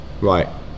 right